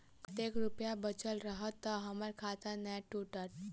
कतेक रुपया बचल रहत तऽ हम्मर खाता नै टूटत?